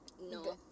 No